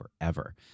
forever